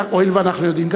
הואיל ואנחנו יודעים,